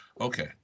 Okay